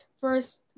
first